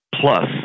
plus